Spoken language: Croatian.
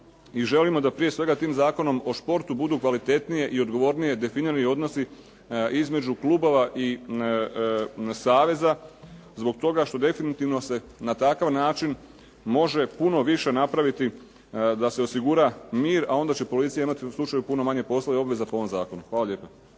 i želimo da prije svega tim Zakonom o športu budu kvalitetnije i odgovornije definirani odnosi između klubova i saveza zbog toga što definitivno se na takav način može puno više napraviti da se osigura mir, a onda će policija imati u slučaju puno manje posla i obveza po ovom zakonu. Hvala lijepa.